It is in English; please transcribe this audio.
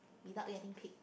without getting paid